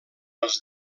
els